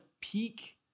peak